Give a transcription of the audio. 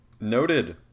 Noted